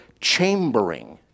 chambering